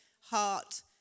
heart